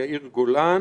יאיר גולן